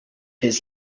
his